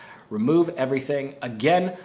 remove everything again.